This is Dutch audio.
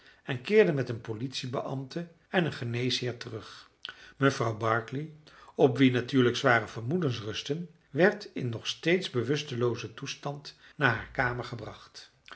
en keerde met een politiebeambte en een geneesheer terug mevrouw barclay op wie natuurlijk zware vermoedens rustten werd in nog steeds bewusteloozen toestand naar haar kamer gebracht